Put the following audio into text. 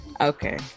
Okay